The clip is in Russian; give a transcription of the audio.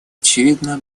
очевидно